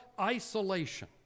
isolation